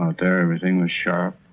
there everything was sharp,